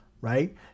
right